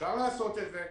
אפשר לעשות את זה.